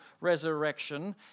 resurrection